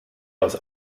aus